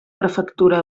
prefectura